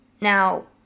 now